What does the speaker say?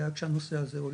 כשהנושא הזה עולה,